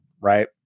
right